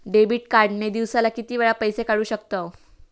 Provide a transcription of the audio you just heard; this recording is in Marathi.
डेबिट कार्ड ने दिवसाला किती वेळा पैसे काढू शकतव?